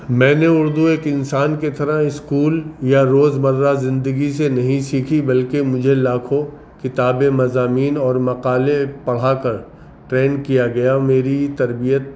میں نے اردو ایک انسان کے طرح اسکول یا روز مرہ زندگی سے نہیں سیکھی بلکہ مجھے لاکھوں کتابیں مضامین اور مقالے پڑھا کر ٹرینڈ کیا گیا میری تربیت